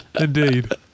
Indeed